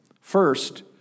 First